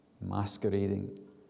masquerading